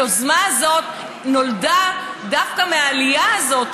היוזמה הזאת נולדה דווקא מהעלייה הזאת,